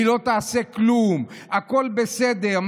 היא לא תעשה כלום, הכול בסדר.